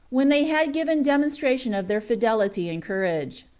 when they had given demonstration of their fidelity and courage.